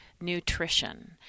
nutrition